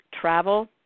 travel